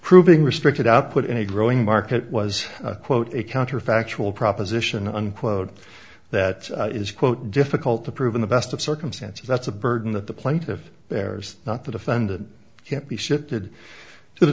proving restricted output in a growing market was quote a counterfactual proposition unquote that is quote difficult to prove in the best of circumstances that's a burden that the plaintiff bears not the defendant can't be shifted to the